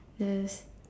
there's